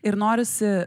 ir norisi